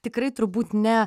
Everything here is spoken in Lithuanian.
tikrai turbūt ne